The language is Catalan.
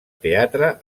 teatre